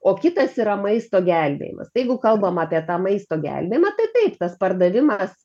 o kitas yra maisto gelbėjimas jeigu kalbama apie tą maisto gelbėjimą tai taip tas pardavimas